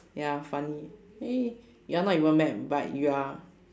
ya funny you're not even mad but you are